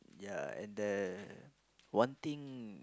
ya and the one thing